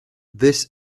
this